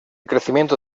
crecimiento